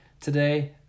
today